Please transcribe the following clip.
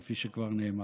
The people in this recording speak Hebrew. כפי שכבר נאמר.